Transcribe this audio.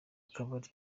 akabari